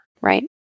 Right